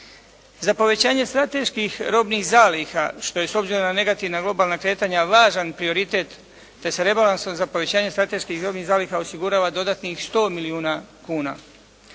Za povećanje strateških robnih zaliha, što je s obzirom na negativna globalna kretanja lažan prioritet te se rebalansom za povećanje strateških robnih zaliha osigurava dodatnih 100 milijuna kuna.